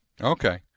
okay